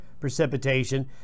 precipitation